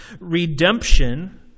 redemption